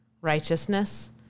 righteousness